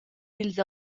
dils